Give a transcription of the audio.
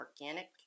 organic